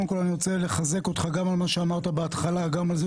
אני רוצה לחזק אותך גם על מה שאמרת בהתחלה וגם על זה